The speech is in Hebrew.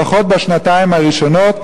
לפחות בשנתיים הראשונות,